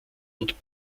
und